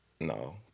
No